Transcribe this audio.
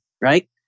right